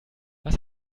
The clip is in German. was